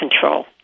control